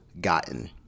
gotten